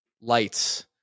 lights